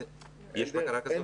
יש בקרה כזאת?